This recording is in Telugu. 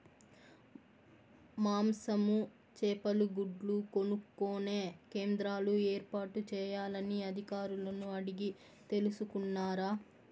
మాంసము, చేపలు, గుడ్లు కొనుక్కొనే కేంద్రాలు ఏర్పాటు చేయాలని అధికారులను అడిగి తెలుసుకున్నారా?